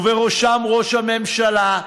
ובראשם ראש הממשלה,